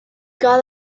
got